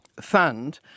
fund